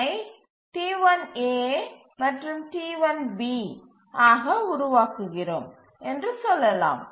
T1 ஐ T1 a மற்றும் T1 b ஆக உருவாக்குகிறோம் என்று சொல்லலாம்